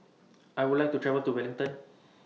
I Would like to travel to Wellington